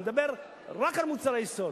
אני מדבר רק על מוצרי יסוד.